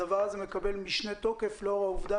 הדבר הזה מקבל משנה תוקף לאור העובדה